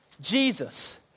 Jesus